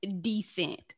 decent